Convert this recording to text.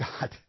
God